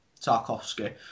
Tarkovsky